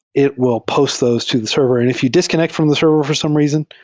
it will post those to the server. and if you disconnect from the server for some reason,